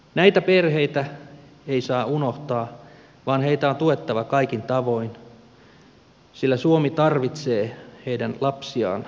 näitä perheitä ei saa unohtaa vaan heitä on tuettava kaikin tavoin sillä suomi tarvitsee heidän lapsiaan tulevaisuudessakin